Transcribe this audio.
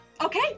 Okay